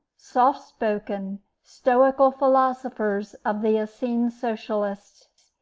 soft-spoken, stoical philosophers of the essene socialists.